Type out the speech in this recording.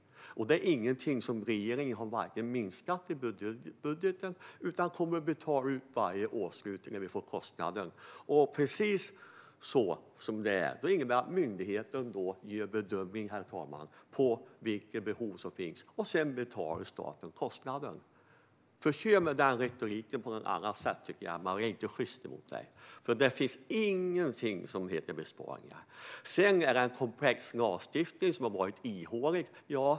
Detta är inte något som regeringen har minskat i budgeten, utan det kommer att betalas ut vid varje årsslut när vi får kostnaden. Precis så är det. Det innebär att myndigheten gör bedömningen av vilka behov som finns, och sedan betalar staten kostnaden. Kör med den retoriken på något annat sätt; detta är inte sjyst. Det finns ingenting som heter besparingar. Det är en komplex lagstiftning som har varit ihålig.